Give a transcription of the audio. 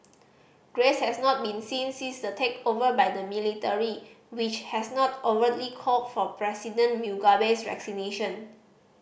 grace has not been seen since the takeover by the military which has not overtly called for President Mugabe's